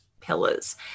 pillars